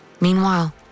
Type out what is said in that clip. Meanwhile